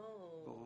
ברור.